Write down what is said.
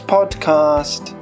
Podcast